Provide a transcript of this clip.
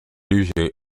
usually